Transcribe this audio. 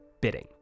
bidding